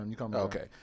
Okay